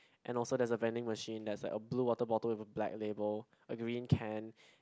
and also there's a vending machine there's like a blue water bottle with a black label a green can